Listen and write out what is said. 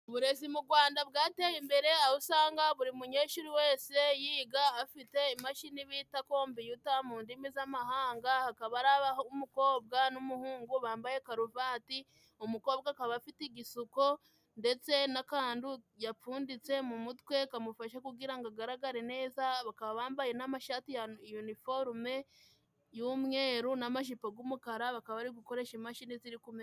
Uburezi mu Rwanda bwateye imbere， aho usanga buri munyeshuri wese yiga afite imashini bita kompiyuta，mu ndimi z'amahanga hakaba ari umukobwa n'umuhungu bambaye karuvati，umukobwa akaba afite igisuko ndetse n'akantu yapfunditse mu mutwe，kamufashe kugira ngo agaragare neza， bakaba bambaye n'amashati ya yuniforume y'umweru， n'amajipo g'umukara， bakaba bari gukoresha imashini ziri ku meza.